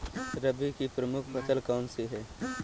रबी की प्रमुख फसल कौन सी है?